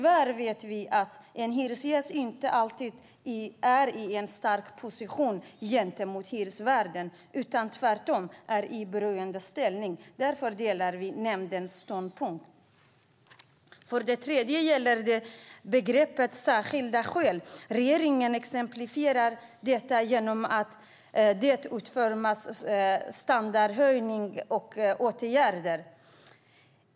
Vi vet tyvärr att en hyresgäst inte alltid är i en stark position gentemot hyresvärden utan tvärtom i en beroendeställning. Därför delar vi nämndens ståndpunkt. För det tredje gäller det begreppet särskilda skäl. Regeringen exemplifierar detta genom att det utförts standardhöjande åtgärder.